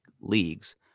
leagues